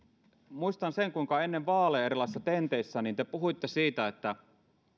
muistan sen kuinka ennen vaaleja erilaisissa tenteissä te puhuitte siitä